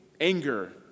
anger